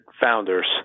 founders